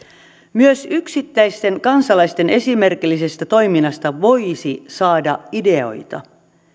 myös yksittäisten kansalaisten esimerkillisestä toiminnasta voisi saada ideoita